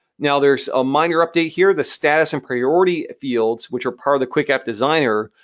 now, there's a minor update here. the status and priority fields, which are part of the quick app designer,